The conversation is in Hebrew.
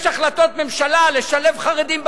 יש החלטות ממשלה לשלב חרדים בעבודה.